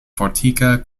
fortika